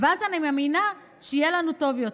ואז אני מאמינה שיהיה לנו טוב יותר.